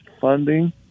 funding